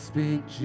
speak